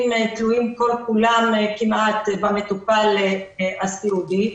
תלויים כל כולם כמעט במטפל הסיעודי.